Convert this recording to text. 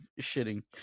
shitting